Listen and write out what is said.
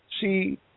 see